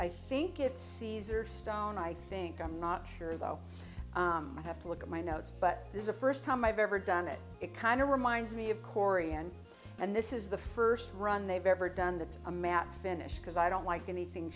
i think it's caesar stone i think i'm not sure though i have to look at my notes but this is a first time i've ever done it it kind of reminds me of korean and this is the first run they've ever done that's a matt finish because i don't like anything